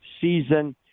season